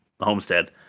homestead